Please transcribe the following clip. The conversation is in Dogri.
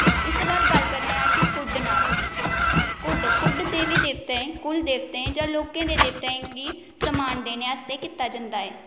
इसदे बाद अस गल्ल करने आं कुड्ड नाच दी कुड्ड देवी देवतें गी जां कुल देवतें गी जां लोकें दे देवतें गी सम्मान देने आस्तै कीता जंदा ऐ